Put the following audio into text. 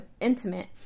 intimate